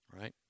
right